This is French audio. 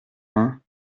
hein